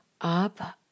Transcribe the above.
up